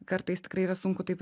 kartais tikrai yra sunku taip